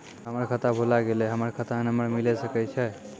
हमर खाता भुला गेलै, की हमर खाता नंबर मिले सकय छै?